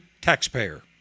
taxpayer